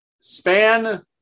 span